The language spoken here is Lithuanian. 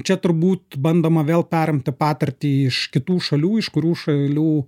čia turbūt bandoma vėl perimti patirtį iš kitų šalių iš kurių šalių